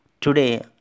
Today